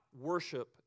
worship